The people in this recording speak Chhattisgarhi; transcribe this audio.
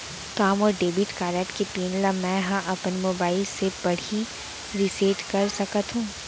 का मोर डेबिट कारड के पिन ल मैं ह अपन मोबाइल से पड़ही रिसेट कर सकत हो?